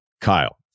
Kyle